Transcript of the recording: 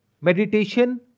meditation